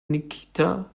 nikita